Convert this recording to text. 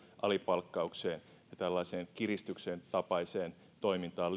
alipalkkaukseen ja tällaiseen kiristyksen tapaiseen toimintaan